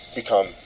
become